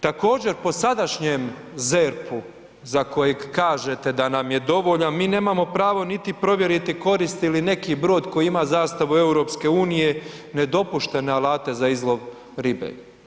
Također po sadašnjem ZERP-u za kojeg kažete da nam je dovoljan, mi nemamo pravo niti provjeriti koristi li neki brod koji ima zastavu EU nedopuštene alate za izlov ribe.